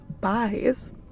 buys